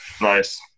Nice